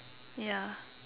ya